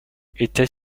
était